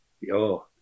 Yo